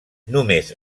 només